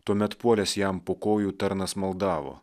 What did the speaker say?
tuomet puolęs jam po kojų tarnas maldavo